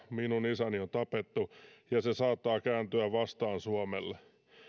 minun isäni on tapettu ja se saattaa kääntyä vastaan suomelle